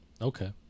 Okay